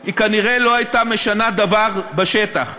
היא כנראה לא הייתה משנה דבר בשטח.